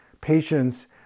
patients